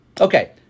Okay